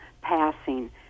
passing